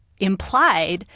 implied